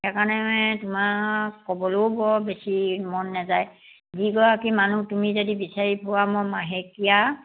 সেইকাৰণে তোমাক ক'বলেও বৰ বেছি মন নেযায় যিগৰাকী মানুহ তুমি যদি বিচাৰি পোৱা মই মাহেকীয়া